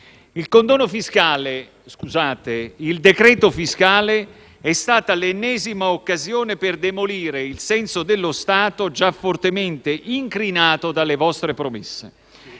il decreto fiscale - è stata l'ennesima occasione per demolire il senso dello Stato, già fortemente incrinato dalle vostre promesse.